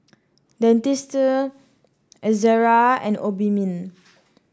Dentiste Ezerra and Obimin